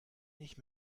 nicht